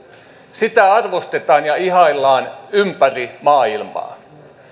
sitä arvostetaan ja ihaillaan ympäri maailmaa